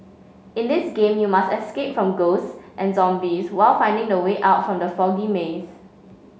in this game you must escape from ghosts and zombies while finding the way out from the foggy maze